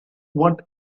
what